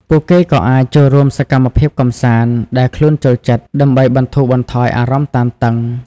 ពួកគេក៏អាច ចូលរួមសកម្មភាពកម្សាន្ត ដែលខ្លួនចូលចិត្ត ដើម្បីបន្ធូរបន្ថយអារម្មណ៍តានតឹង។